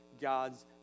God's